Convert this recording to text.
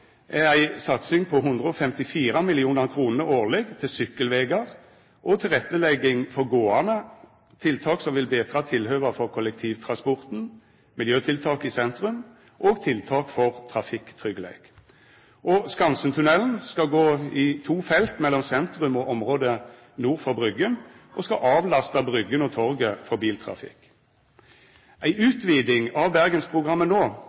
er ei satsing på 154 mill. kr årleg til sykkelvegar og tilrettelegging for gåande, tiltak som vil betra tilhøva for kollektivtransporten, miljøtiltak i sentrum og tiltak for trafikktryggleik. Skansentunnelen skal gå i to felt mellom sentrum og området nord for Bryggen, og skal avlasta Bryggen og Torget for biltrafikk. Ei utviding av Bergensprogrammet no